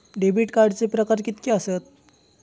Debit कार्डचे प्रकार कीतके आसत?